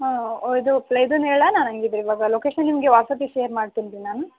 ಹ್ಞೂ ಓ ಇದು ಪ್ಲೇಸನ್ನ ಹೇಳಾನ ಹಂಗಿದ್ರೆ ಇವಾಗ ಲೊಕೇಶನ್ ನಿಮಗೆ ವಾಟ್ಸ್ಆ್ಯಪಿಗೆ ಶೇರ್ ಮಾಡ್ತೀನಿ ರೀ ನಾನು